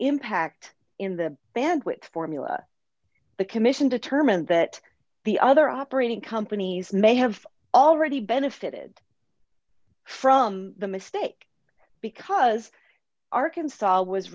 impact in the bandwidth formula the commission determined that the other operating companies may have already benefited from the mistake because arkansas was